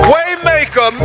Waymaker